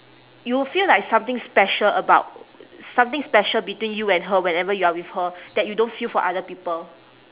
you will feel like something special about something special between you and her whenever you are with her that you don't feel for other people